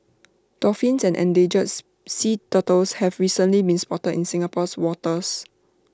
dolphins and endangers sea turtles have recently been spotted in Singapore's waters